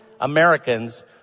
Americans